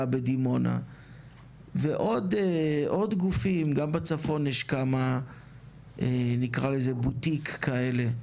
בדימונה ועוד גופים גם בצפון יש כמה נקרא לזה בוטיק כאלה,